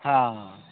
ହଁ